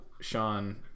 Sean